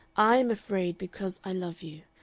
i am afraid because i love you,